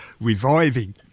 reviving